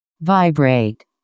Vibrate